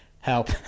help